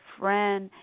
friend